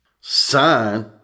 Sign